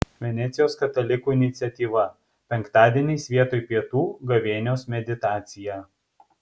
venecijos katalikų iniciatyva penktadieniais vietoj pietų gavėnios meditacija